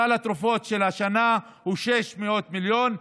סל התרופות של השנה הוא 600 מיליון.